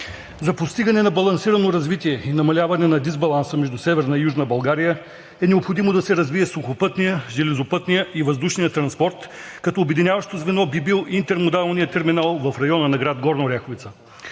За постигане на балансирано развитие и намаляване на дисбаланса между Северна и Южна България е необходимо да се развитие сухопътният, железопътният и въздушният транспорт, като обединяващо звено би бил интермодалният терминал в района на град Горна Оряховица.